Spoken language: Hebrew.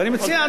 ואני מציע,